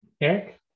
Eric